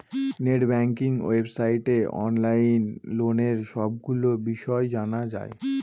net banking ওয়েবসাইটে online লোনের সবগুলো বিষয় জানা যায়